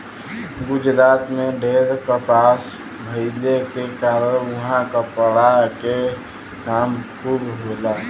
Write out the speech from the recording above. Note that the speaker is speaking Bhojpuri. गुजरात में ढेर कपास भइले के कारण उहाँ कपड़ा के काम खूब होला